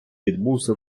відбувся